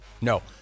no